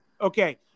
Okay